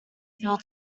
feel